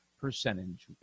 percentage